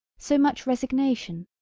so much resignation,